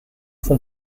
font